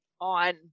on